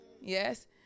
Yes